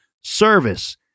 service